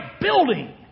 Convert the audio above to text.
building